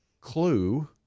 Clue